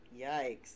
Yikes